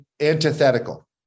antithetical